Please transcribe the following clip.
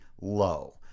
low